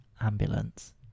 Ambulance